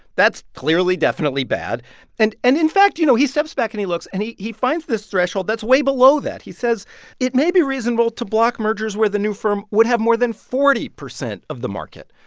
that's clearly definitely bad and and, in fact, you know, he steps back and he looks, and he he finds this threshold that's way below that. he says it may be reasonable to block mergers where the new firm would have more than forty percent of the market.